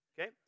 Okay